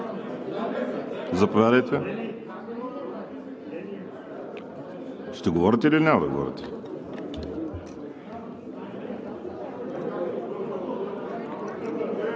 Заповядайте. Ще говорите ли, или няма да говорите?